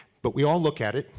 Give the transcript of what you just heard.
but we all look at it.